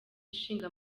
ishinga